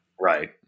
Right